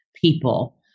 people